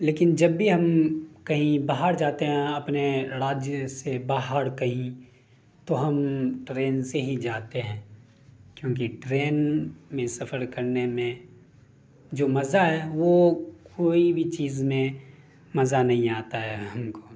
لیکن جب بھی ہم کہیں باہر جاتے ہیں اپنے راجیہ سے باہر کہیں تو ہم ٹرین سے ہی جاتے ہیں کیونکہ ٹرین میں سفر کرنے میں جو مزہ ہے وہ کوئی بھی چیز میں مزہ نہیں آتا ہے ہم کو